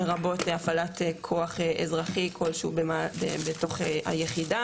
לרבות הפעלת כוח אזרחי כלשהו בתוך היחידה